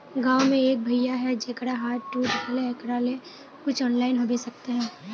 गाँव में एक भैया है जेकरा हाथ टूट गले एकरा ले कुछ ऑनलाइन होबे सकते है?